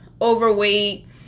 overweight